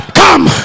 come